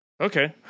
Okay